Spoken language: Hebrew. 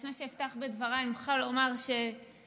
לפני שאפתח בדבריי אני מוכרחה לומר שאם